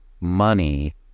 money